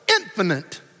infinite